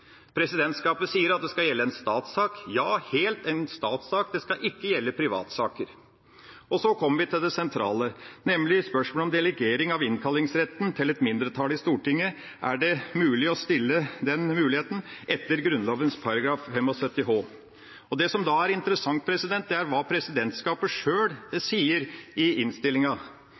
Presidentskapet sier at det skal gjelde en «statssak» – ja, helt en «statssak» – det skal ikke gjelde privatsaker. Og så kommer vi til det sentrale, nemlig spørsmålet om delegering av innkallingsretten til et mindretall i Stortinget: Er det mulig å stille den muligheten etter Grunnloven § 75 h? Det som da er interessant, er hva presidentskapet sjøl